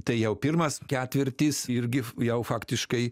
tai jau pirmas ketvirtis irgi jau faktiškai